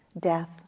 death